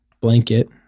blanket